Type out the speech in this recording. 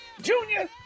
Junior